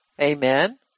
Amen